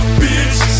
bitch